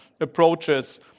approaches